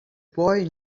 boy